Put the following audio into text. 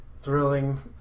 thrilling